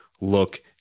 look